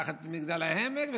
קח את מגדל העמק.